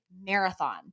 marathon